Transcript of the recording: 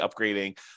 upgrading